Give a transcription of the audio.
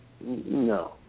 No